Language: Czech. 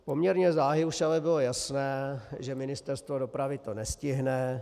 Poměrně záhy už ale bylo jasné, že Ministerstvo dopravy to nestihne.